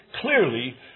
clearly